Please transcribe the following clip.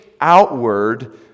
outward